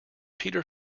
peter